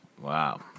Wow